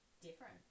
different